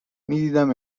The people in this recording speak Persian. میدیدم